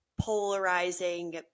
polarizing